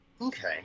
Okay